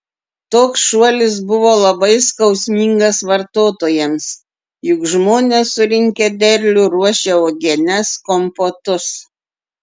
toks šuolis buvo labai skausmingas vartotojams juk žmonės surinkę derlių ruošia uogienes kompotus